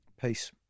peace